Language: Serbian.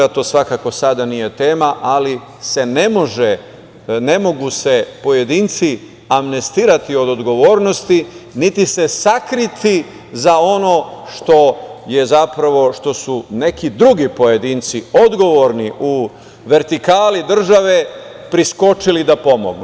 To svakako sada nije tema, ali se ne mogu pojedinci amnestirati od odgovornosti, niti se sakriti za ono što su neki drugi pojedinci, odgovorni u vertikali države, priskočili da pomognu.